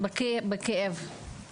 בנושא: צריכת משככי כאבים בישראל.